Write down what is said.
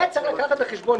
וצריך לקחת בחשבון גם,